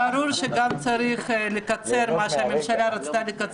ליהנות מהרגע.